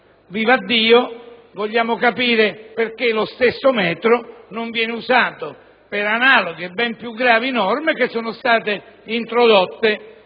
Vivaddio! Vogliamo capire perché lo stesso metro non viene usato per analoghe e ben più gravi norme introdotte